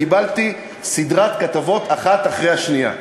קיבלתי סדרת כתבות, האחת אחרי השנייה.